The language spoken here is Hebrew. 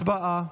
הצבעה.